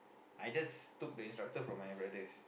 I just took the instructor from my brothers